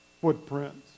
footprints